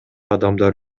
адамдар